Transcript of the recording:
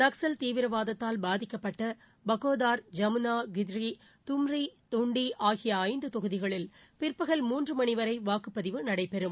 நக்ஸல் தீவிரவாதத்தால் பாதிக்கப்பட்ட பகோதார் ஜமுனா கிரிதி தும்ரி துண்டி ஆகிய ஐந்து தொகுதிகளில் பிற்பகல் மூன்று மணி வரை வாக்குப்பதிவு நடைபெறும்